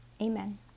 Amen